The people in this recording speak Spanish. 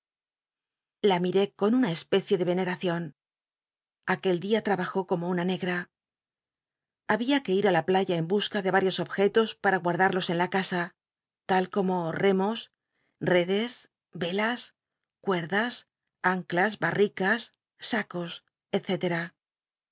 la miré con una especie de eneraeion aquel dia habajó como una negra llabia que ir á la playa en busca de varios objetos para guardarlos en la casa la como remos i'cdes velas cuel'das anclas banicas sacos